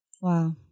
wow